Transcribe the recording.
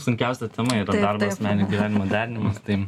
sunkiausia tema yra darbo ir asmeninio gyvenimo derinimas tai